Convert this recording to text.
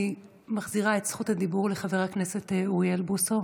אני מחזירה את זכות הדיבור לחבר הכנסת אוריאל בוסו,